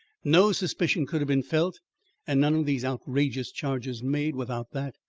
no suspicion could have been felt and none of these outrageous charges made, without that.